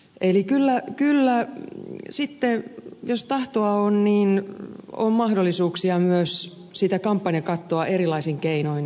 eli kyllä sitten jos tahtoa on on mahdollisuuksia myös sitä kampanjakattoa erilaisin keinoin kiertää